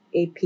AP